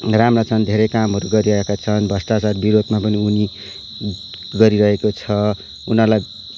राम्रा छन् धेरै कामहरू गरिरहेका छ्न भ्रष्टाचार विरोधमा पनि उनि गरि रहेको छ उनीहरूलाई